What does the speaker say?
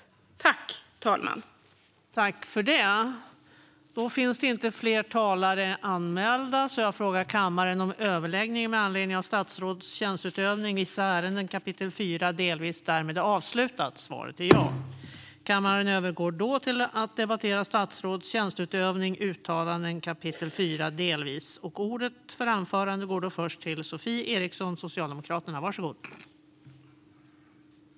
Statsråds tjänsteutöv-ning: uttalanden